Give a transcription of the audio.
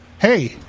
Hey